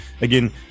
Again